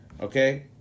okay